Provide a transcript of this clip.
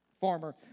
farmer